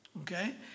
Okay